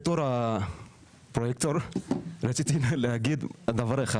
בתור הפרויקטור רציתי להגיד דבר אחד